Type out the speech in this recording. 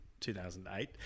2008